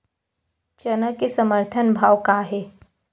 चना के समर्थन भाव का हे?